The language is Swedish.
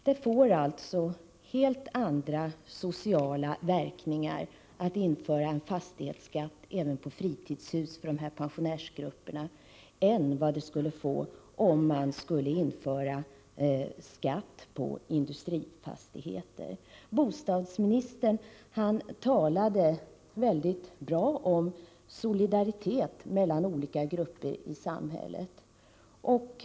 Det får alltså helt andra sociala verkningar att införa en fastighetsskatt även på fritidshus för dessa pensionärsgrupper än vad det skulle få om man införde skatt på industrifastigheter. Bostadsministern sade många bra saker om solidaritet mellan olika grupper i samhället.